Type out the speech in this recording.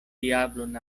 diablon